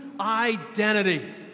identity